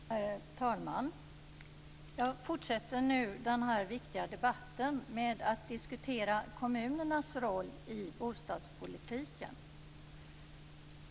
Herr talman! Jag fortsätter nu denna viktiga debatt med att diskutera kommunernas roll i bostadspolitiken.